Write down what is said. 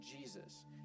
Jesus